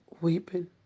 weeping